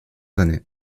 années